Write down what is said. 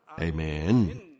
Amen